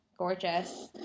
gorgeous